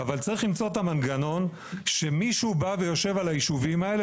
אבל צריך למצוא את המנגנון שמישהו בא ויושב על היישובים האלה